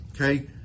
Okay